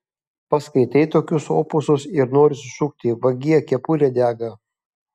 paskaitai tokius opusus ir nori sušukti vagie kepurė dega